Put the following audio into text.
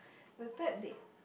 the third date